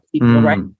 right